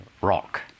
rock